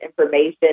information